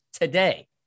today